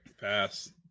pass